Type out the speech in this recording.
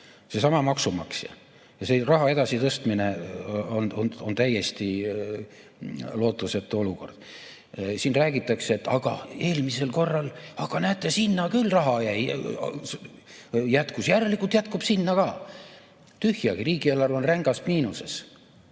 seesama maksumaksja. Raha edasitõstmine on täiesti lootusetu olukord. Siin räägitakse, et aga näete, eelmisel korral sinna küll raha jätkus, järelikult jätkub sinna ka. Tühjagi! Riigieelarve on rängas miinuses.